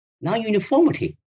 non-uniformity